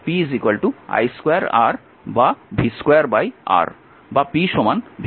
p i2 R v2R বা p v2 G বা i2G